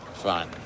Fine